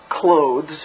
clothes